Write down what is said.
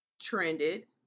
trended